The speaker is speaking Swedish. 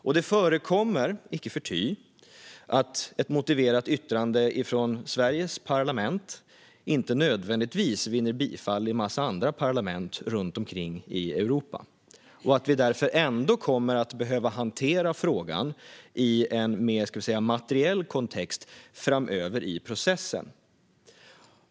Icke förty är det inte nödvändigtvis så att ett motiverat yttrande från Sveriges parlament vinner bifall i en massa andra parlament runt omkring i Europa, och därför kommer vi ändå att behöva hantera frågan i en mer materiell kontext i processen framöver.